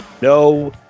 No